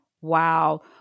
Wow